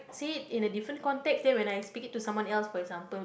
see it in a different context then when I speak it to someone else for example